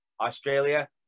australia